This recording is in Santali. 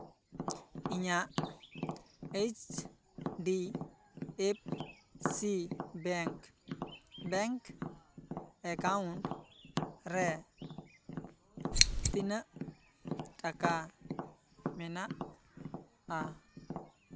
ᱤᱧᱟᱹᱜ H D F C bank bank account ᱨᱮ ᱛᱤᱱᱟᱹᱜ ᱴᱟᱠᱟ ᱢᱮᱱᱟᱜᱼᱟ